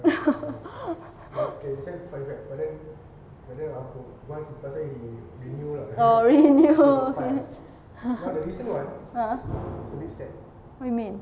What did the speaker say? oh really no uh what you mean